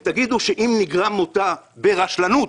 ותגידו שאם נגרם מותה ברשלנות,